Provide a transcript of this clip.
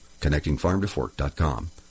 ConnectingFarmToFork.com